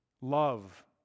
Love